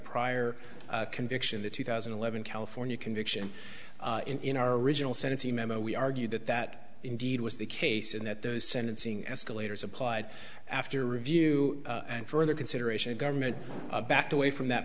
prior conviction the two thousand and eleven california conviction in our original sanity memo we argued that that indeed was the case and that the sentencing escalators applied after review and further consideration of government backed away from that